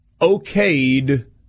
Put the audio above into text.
okayed